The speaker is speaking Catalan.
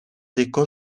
licor